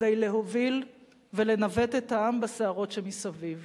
כדי להוביל ולנווט את העם בסערות שמסביב.